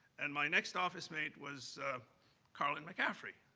and my next office mate was carlyn mccaffrey.